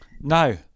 no